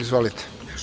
Izvolite.